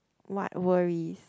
what worries